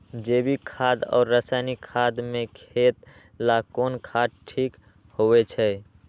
जैविक खाद और रासायनिक खाद में खेत ला कौन खाद ठीक होवैछे?